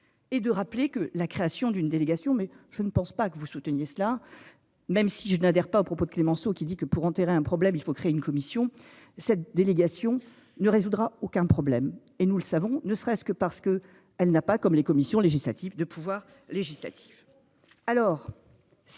Et de rappeler que la création d'une délégation mais je ne pense pas que vous souteniez cela même si je n'adhère pas aux propos de Clémenceau qui dit que pour enterrer un problème, il faut créer une commission cette délégation ne résoudra aucun problème et nous le savons, ne serait-ce que parce que elle n'a pas comme les commissions législatives de pouvoir législatif.